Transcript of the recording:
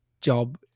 job